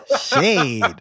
Shade